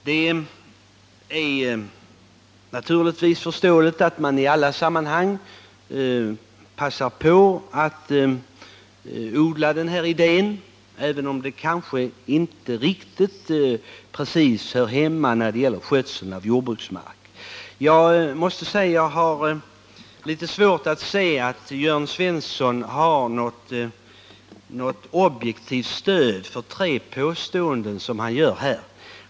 Det är naturligtvis förståeligt att man i alla sammanhang passar på att odla denna idé, även om den kanske inte precis hör ihop med skötseln av jordbruksmarken. Jag har litet svårt att se att Jörn Svensson har något objektivt stöd för tre påståenden han gör här.